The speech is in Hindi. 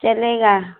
चलेगा